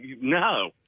no